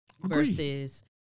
versus